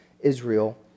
Israel